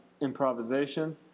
improvisation